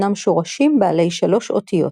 ישנם שורשים בעלי שלוש אותיות.